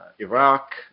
Iraq